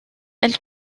elle